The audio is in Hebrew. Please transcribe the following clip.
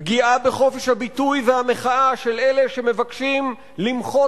פגיעה בחופש הביטוי והמחאה של אלה שמבקשים למחות